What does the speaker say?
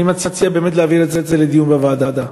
אני מציע להעביר את זה לדיון בוועדה.